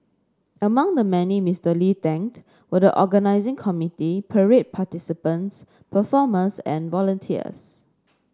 among the many Mister Lee thanked were the organising committee parade participants performers and volunteers